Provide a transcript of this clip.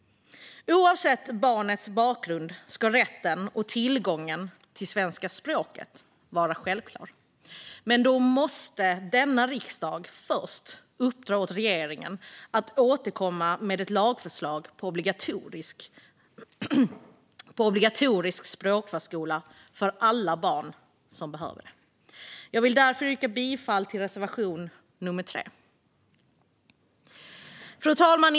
Oavsett barnets bakgrund ska rätten och tillgången till svenska språket vara självklara. Men då måste denna riksdag först uppdra åt regeringen att återkomma med ett lagförslag på obligatorisk språkförskola för alla barn som behöver den. Jag yrkar därför bifall till reservation nummer 3. Fru talman!